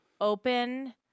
Open